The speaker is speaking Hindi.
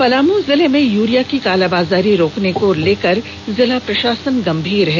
पलामू जिले में यूरिया की कालाबाजारी रोकने को लेकर जिला प्रशासन गंभीर है